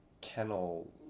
kennel